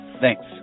Thanks